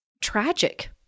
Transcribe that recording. tragic